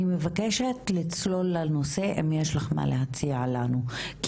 אני מבקשת לצלול לנושא אם יש לך מה להציע לנו,